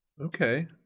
okay